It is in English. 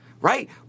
right